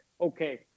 okay